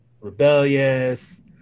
rebellious